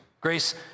grace